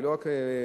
היא לא רק תופעה,